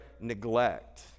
neglect